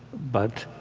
but